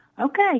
Okay